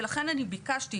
ולכן אני ביקשתי,